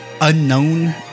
unknown